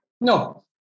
No